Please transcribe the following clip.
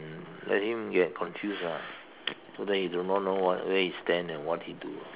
um let him get confused ah so that he do not know what where he stand and what he do